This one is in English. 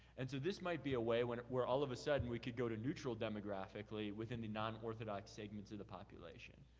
and so this might be a way where all of a sudden we can go to neutral demographically within the non-orthodox segments in the population.